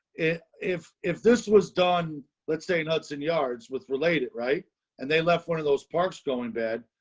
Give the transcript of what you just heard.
if, if this was done, let's say hudson yards with related right and they left one of those parks going bad,